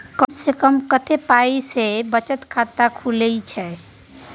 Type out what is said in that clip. कम से कम कत्ते पाई सं बचत खाता खुले छै?